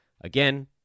Again